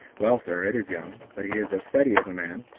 well, sir, it is young but he is as steady as a man,